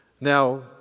Now